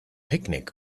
picnic